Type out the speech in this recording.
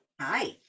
Hi